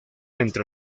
entre